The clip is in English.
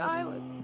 island